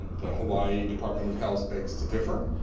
the hawaii department of health begs to differ.